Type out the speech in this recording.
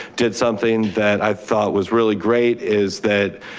did something that i thought was really great is that,